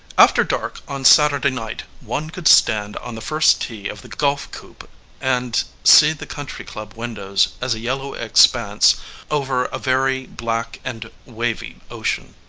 after dark on saturday night one could stand on the first tee of the golf-course and see the country-club windows as a yellow expanse over a very black and wavy ocean.